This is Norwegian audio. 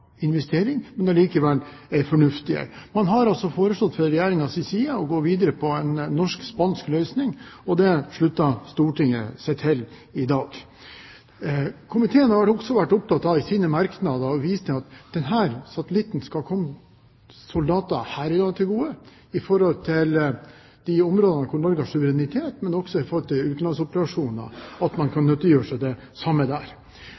men likevel en fornuftig en. Man har foreslått fra Regjeringens side å gå videre på en norsk-spansk løsning, og det slutter Stortinget seg til i dag. Komiteen har også i sine merknader vært opptatt av å vise til at denne satellitten skal komme soldater her i landet til gode i de områder der Norge har suverenitet, men at man også kan nyttiggjøre seg den i utenlandsoperasjoner. Det man har vært kritisk til, har vært at proposisjonen er